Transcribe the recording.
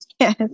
Yes